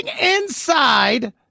inside